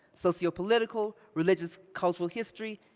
sociopolitical, religious-cultural history,